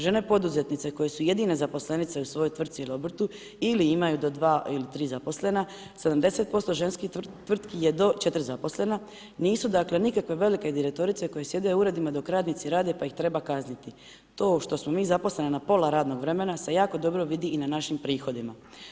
Žene poduzetnice koje su jedine zaposlenice u svojoj tvrtci ili obrtu ili imaju do 2 ili 3 zaposlena 70% ženskih tvrtki je do 4 zaposlena, nisu dakle nikakve velike direktorice koje sjede u uredima dok radnici rade pa ih treba kazniti, to što smo mi zaposlene na pola radnog vremena se jako dobro vidi i na našim prihodima.